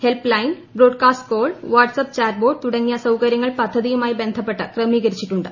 help line broadcast call WhatsApp chatbot തുടങ്ങിയ സൌകര്യങ്ങൾ പദ്ധതിയുമായി ബന്ധപ്പെട്ട് ക്രമീകരിച്ചിട്ടുണ്ട്